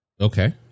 Okay